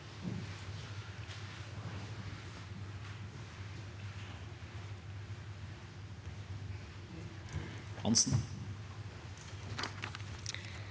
Hansen